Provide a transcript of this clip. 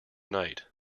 night